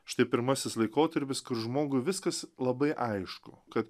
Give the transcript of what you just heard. štai pirmasis laikotarpis žmogui viskas labai aišku ka